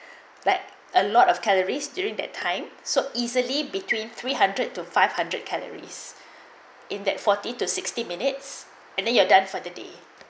but a lot of calories during that time so easily between three hundred to five hundred calories in that forty to sixty minutes and then you're done for the day